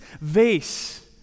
vase